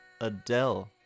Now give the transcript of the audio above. adele